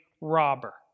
robber